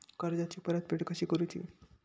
कर्जाची परतफेड कशी करूची?